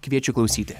kviečia klausyti